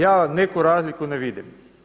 Ja neku razliku ne vidim.